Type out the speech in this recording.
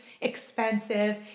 expensive